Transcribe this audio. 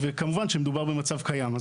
וכמובן שמדובר במצב קיים.